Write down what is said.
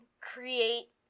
create